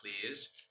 clears